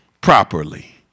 properly